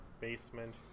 basement